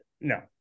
no